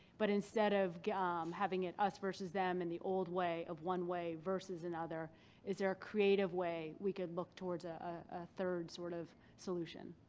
but instead of um having it us versus them in the old way of one way versus another, is there a creative way we could look towards ah a third sort of solution?